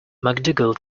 macdougall